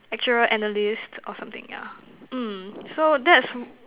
actuarial analyst or something yeah mm so that's